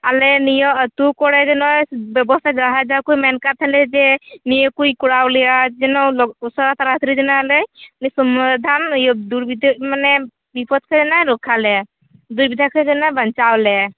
ᱟᱞᱮ ᱱᱤᱭᱟᱹ ᱟᱛᱳ ᱠᱚᱨᱮ ᱡᱮᱱᱚᱭ ᱵᱮᱵᱚᱥᱛᱟ ᱫᱚᱦᱚᱭ ᱫᱟᱠᱚ ᱢᱮᱱ ᱠᱟᱛᱷᱟ ᱞᱟᱹᱭ ᱡᱮ ᱱᱤᱭᱟᱹᱠᱚ ᱠᱚᱨᱟᱣ ᱞᱮᱭᱟ ᱡᱮᱱᱚ ᱞᱚ ᱩᱥᱟᱹᱨᱟ ᱛᱟᱲᱟᱛᱟᱲᱤ ᱡᱮᱱᱚ ᱞᱮ ᱥᱚᱢᱟᱫᱷᱟᱱ ᱤᱭᱟᱹ ᱫᱩᱨᱵᱷᱤᱛᱤᱨ ᱢᱟᱱᱮ ᱵᱤᱯᱚᱫ ᱥᱮᱱᱮ ᱨᱚᱠᱷᱟᱜᱼᱞᱮ ᱫᱤᱜᱫᱷᱟ ᱠᱷᱚᱱ ᱡᱮᱱᱚ ᱵᱟᱱᱪᱟᱜᱼᱞᱮ